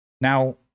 Now